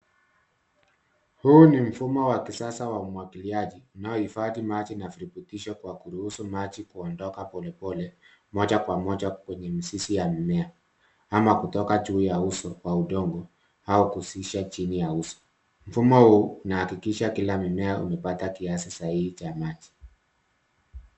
Huu ni mfumo wa kisasa wa umwagiliaji unaohifadhi maji na virutubisho kwa kuruhusu maji kuondoka polepole moja kwa moja kwenye mizizi ya mimea ama kutoka juu ya uso wa udongo au kushusha chini ya uso. Mfumo huu unahakikisha kila mmea umepata kiasi sahihi cha maji.